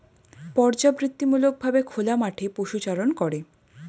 পর্যাবৃত্তিমূলক ভাবে খোলা মাঠে পশুচারণ করে